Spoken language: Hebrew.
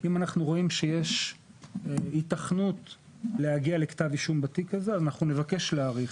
אם רואים שיש היתכנות להגיע לכתב אישום בתיק הזה אנחנו נבקש להאריך.